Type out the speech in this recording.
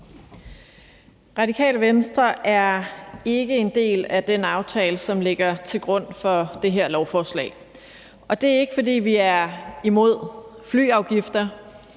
Radikale Venstre er ikke en del af den aftale, som ligger til grund for det her lovforslag. Det er ikke, fordi vi er imod flyafgifter.